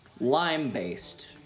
lime-based